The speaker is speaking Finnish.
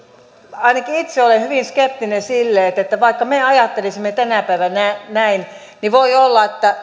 ainakin itse olen hyvin skeptinen sille että että vaikka me ajattelisimme tänä päivänä näin niin voi olla että